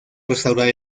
restaurar